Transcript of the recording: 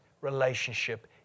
relationship